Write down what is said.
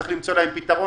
יש למצוא להם פתרון,